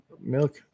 milk